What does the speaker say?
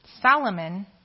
Solomon